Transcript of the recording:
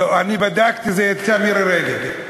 לא, אני בדקתי, זה של מירי רגב.